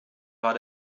war